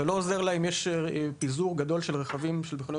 זה לא עוזר לה אם יש פיזור גדול של רכבים של מכוניות